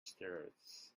steroids